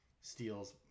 steals